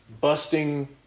busting